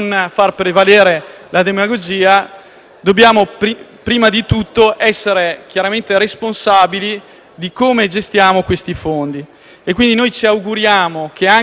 dobbiamo prima di tutto essere chiaramente responsabili di come gestiamo questi fondi. Noi quindi ci auguriamo che anche nei prossimi anni,